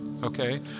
Okay